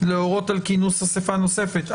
להורות על כינוס אסיפה נוספת.